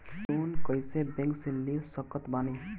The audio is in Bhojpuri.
लोन कोई बैंक से ले सकत बानी?